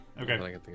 Okay